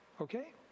Okay